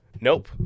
nope